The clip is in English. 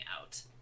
out